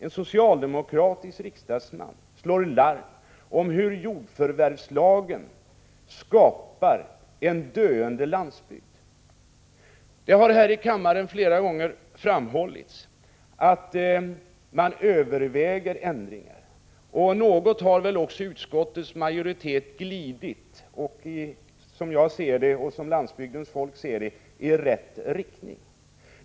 En socialdemokratisk riksdags man slog alltså larm om hur jordförvärvslagen skapar en döende landsbygd. Prot. 1985/86:30 Det har här i kammaren flera gånger framhållits att man överväger 19 november 1985 ändringar, och något har väl också utskottets majoritet glidit i somjagoch ——— också landsbygdens folk ser det, rätt riktning.